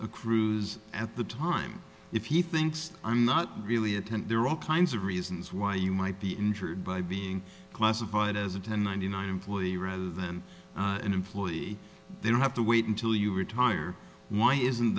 accrues at the time if he thinks i'm not really a tent there are all kinds of reasons why you might be injured by being classified as a ten ninety nine employee rather than an employee they don't have to wait until you retire why isn't